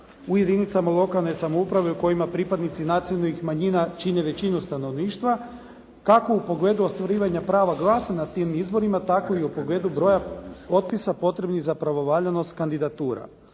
jedinicama lokalne samouprave u kojima pripadnici nacionalnih manjina čine većinu stanovništva, kako u pogledu ostvarivanja prava glasa na tim izborima, tako i u pogledu broja otpisa potrebnih za pravovaljanost kandidatura.